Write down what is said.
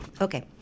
Okay